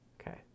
Okay